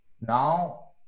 Now